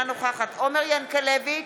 אינה נוכחת עומר ינקלביץ'